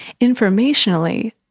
Informationally